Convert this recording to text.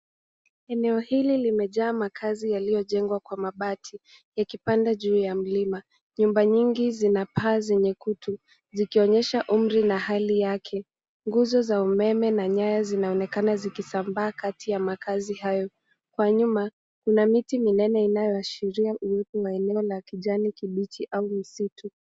Enoe hili limejaa makazi yaliyojengwa kwa mabati yakipanda juu ya mlima. Nyumba nyingi zina paa zenye kutu zikionyesha umri na hali yake. Nguzo za umeme na nyayo zinaonekana zikisambaa kati ya makazi hayo. Kwa nyuma kuna miti minene inayoashiria eneo la kijani kibichi au misitu.